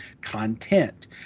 content